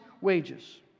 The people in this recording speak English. wages